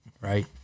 Right